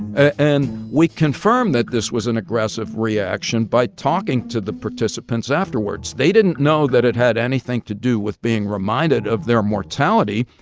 and we confirmed that this was an aggressive reaction by talking to the participants afterwards. they didn't know that it had anything to do with being reminded of their mortality.